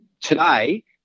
today